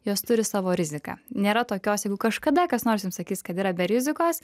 jos turi savo riziką nėra tokios jeigu kažkada kas nors jums sakys kad yra be rizikos